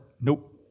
nope